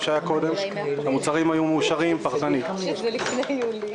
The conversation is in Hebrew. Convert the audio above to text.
דבר שאנחנו צריכים לטפל בו.